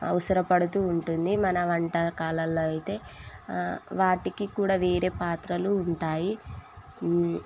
అవసరం పడుతూ ఉంటుంది మన వంటకాలల్లో అయితే వాటికి కూడా వేరే పాత్రలు ఉంటాయి